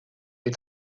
est